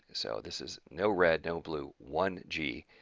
so this is no red no blue one g,